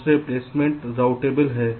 दूसरे placement routable है